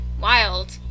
Wild